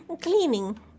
cleaning